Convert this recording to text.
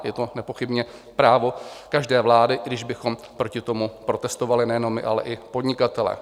Je to nepochybně právo každé vlády, i když bychom proti tomu protestovali nejenom my, ale i podnikatelé.